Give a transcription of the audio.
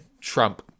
Trump